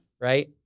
Right